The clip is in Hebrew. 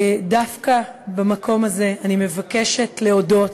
דווקא במקום הזה אני מבקשת להודות